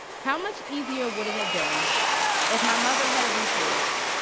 how much easier would it have been if my mother had a resource,